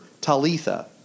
Talitha